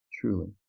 truly